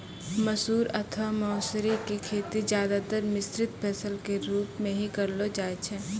मसूर अथवा मौसरी के खेती ज्यादातर मिश्रित फसल के रूप मॅ हीं करलो जाय छै